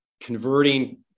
converting